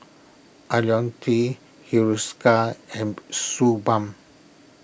Ionil T Hiruscar and Suu Balm